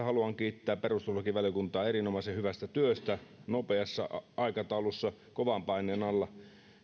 haluan kiittää perustuslakivaliokuntaa erinomaisen hyvästä työstä nopeassa aikataulussa kovan paineen alla